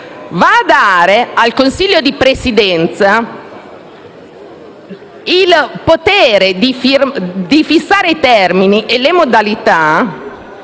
dà al Consiglio di Presidenza il potere di fissare i termini e le modalità